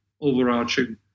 overarching